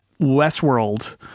Westworld